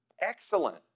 excellent